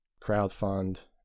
crowdfund